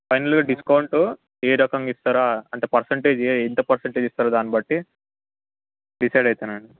ఫైనల్గా డిస్కౌంటు ఏ రకంగా ఇస్తారా అంటే పర్సంటేజ్ ఎంత పర్సంటేజ్ ఇస్తారోదాన్నిబట్టి డిసైడ్ అవుతానండి